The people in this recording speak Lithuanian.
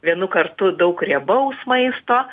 vienu kartu daug riebaus maisto